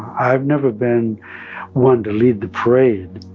i've never been one to lead the parade.